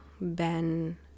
ben